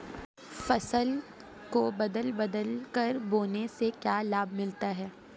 फसल को बदल बदल कर बोने से क्या लाभ मिलता है?